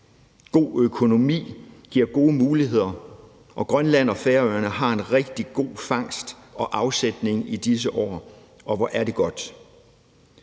God økonomi giver gode muligheder, og Grønland og Færøerne har en rigtig god fangst og afsætning i disse år, og hvor er det godt.